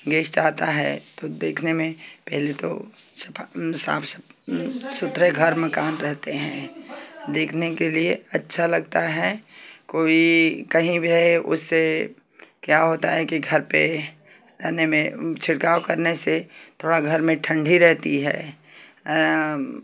guest आता है तो देखने में पहले तो साफ सुथरे घर मकान रहते हैं देखने के लिए अच्छा लगता है कोई कहीं भी रहे उससे क्या होता है घर में छिड़काव करने से थोड़ा घर में ठंडी रहती है